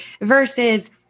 versus